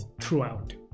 throughout